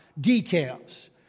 details